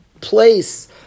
place